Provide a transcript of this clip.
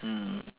mm